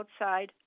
outside